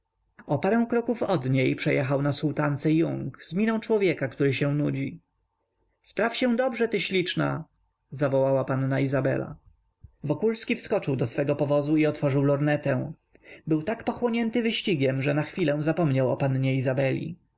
parę kroków od niej przejechał na sułtance yung z miną człowieka który się nudzi spraw się dobrzadobrze ty śliczna zawołała panna izabela wokulski wskoczył do swego powozu i otworzył lornetę był tak pochłonięty wyścigiem że na chwilę zapomniał o pannie izabeli